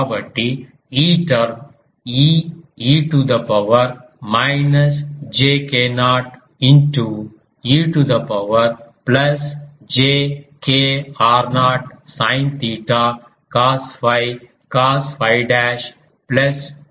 కాబట్టి ఈ టర్మ్ ఈ e to the power minus j k0 into e to the power plus j k r0 sin theta cos 𝛟 cos 𝛟 dash plus sin 𝛟 sin 𝛟 dashed